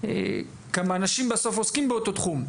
כמה אנשים עוסקים, בסוף, באותו תחום.